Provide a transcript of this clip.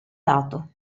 dato